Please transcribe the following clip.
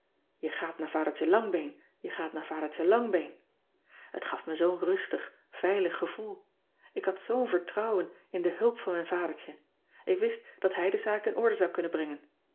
e gaat naar adertje angbeen je gaat naar adertje angbeen et gaf me zoo n rustig veilig gevoel k had zoo n vertrouwen in de hulp van mijn adertje ik wist dat hij de zaak in orde zou kunnen brengen